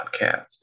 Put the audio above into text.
podcast